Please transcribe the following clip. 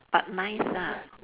but nice lah